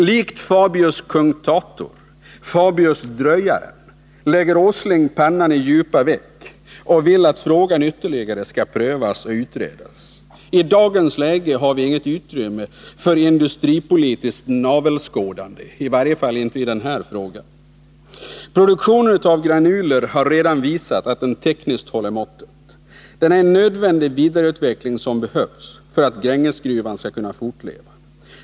Likt Fabius Cunctator, Fabius Dröjaren, lägger Nils Åsling pannan i djupa veck och vill att frågan ytterligare skall prövas och utredas. I dagens läge har vi emellertid inget utrymme för industripolitiskt navelskådande, i varje fall inte i denna fråga. Produktionen av granuler har redan visat att den tekniskt håller måttet. Den är en nödvändig vidareutveckling som behövs för att Grängesgruvan skall kunna fortleva.